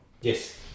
yes